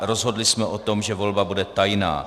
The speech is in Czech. Rozhodli jsme o tom, že volba bude tajná.